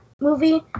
movie